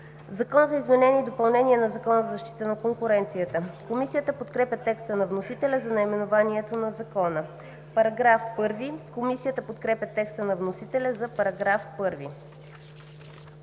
„Закон за изменение и допълнение на Закона за защита на конкуренцията“. Комисията подкрепя текста на вносителя за наименованието на Закона. Комисията подкрепя текста на вносителя за § 1.